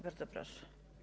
Bardzo proszę.